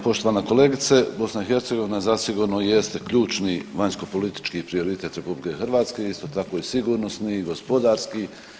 Poštovana kolegice, BiH zasigurno jeste ključni vanjskopolitički prioritet RH i isto tako i sigurnosni i gospodarski.